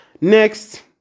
Next